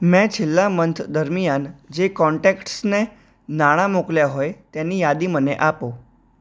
મેં છેલ્લા મંથ દરમિયાન જે કોન્ટેક્ટસને નાણા મોકલ્યાં હોય તેની યાદી મને આપો